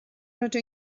rydw